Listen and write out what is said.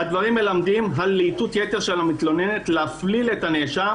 "הדברים מלמדים על להיטות יתר של המתלוננת להפליל את הנאשם,